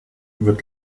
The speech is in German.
wird